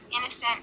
innocent